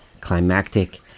climactic